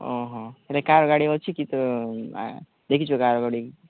ହଁ କାର୍ ଗାଡ଼ି ଅଛି କି ତ ଦେଖିଛୁ କାର୍ ଗାଡ଼ି